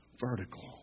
vertical